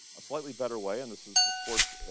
a slightly better way and this is, of course,